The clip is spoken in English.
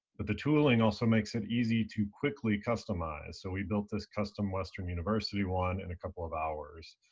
but the tooling also makes it easy to quickly customize. so we built this custom western university one in a couple of hours.